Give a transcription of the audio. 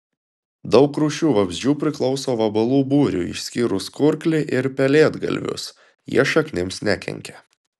daug rūšių vabzdžių priklauso vabalų būriui išskyrus kurklį ir pelėdgalvius jie šaknims nekenkia